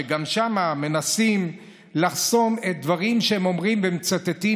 שגם שם מנסים לחסום את הדברים שהם אומרים ומצטטים